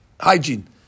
Hygiene